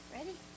Ready